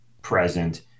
present